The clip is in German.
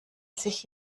sich